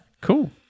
Cool